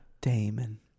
damon